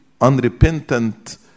unrepentant